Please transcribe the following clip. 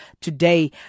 today